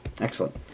Excellent